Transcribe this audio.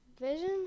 Vision